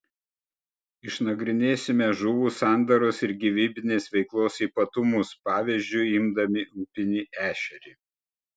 išnagrinėsime žuvų sandaros ir gyvybinės veiklos ypatumus pavyzdžiu imdami upinį ešerį